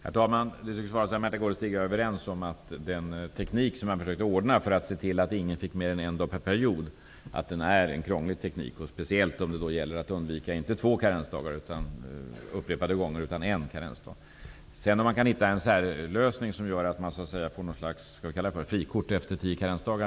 Herr talman! Märtha Gårdestig och jag är överens om att den teknik som man försökte använda för att se till att ingen fick mer än en dag per period är krånglig, speciellt om det gäller att undvika en karensdag, inte två karensdagar, upprepade gånger. Vi får väl titta på om vi kan hitta en särlösning som innebär att man får något slags frikort efter tio karensdagar.